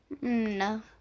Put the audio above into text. No